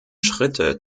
schritte